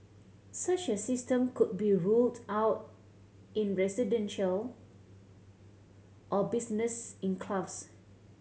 such a system could be rolled out in residential or business enclaves